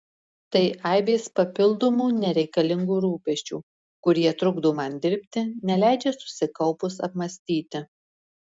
tai aibės papildomų nereikalingų rūpesčių kurie trukdo man dirbti neleidžia susikaupus apmąstyti